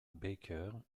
baker